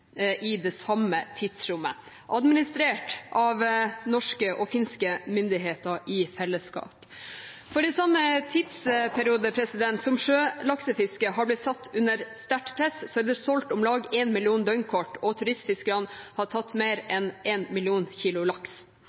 i det samme tidsrommet, administrert av norske og finske myndigheter i fellesskap. For samme tidsperiode som sjølaksefisket har blitt satt under sterkt press, er det solgt om lag en million døgnkort, og turistfiskerne har tatt mer enn 1 mill. kg laks.